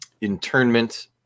internment